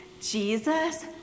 Jesus